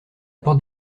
porte